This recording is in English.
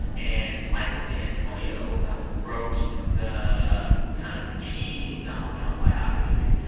and michael d'antonio wrote the kind of key donald trump biography.